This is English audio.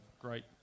great